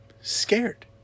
scared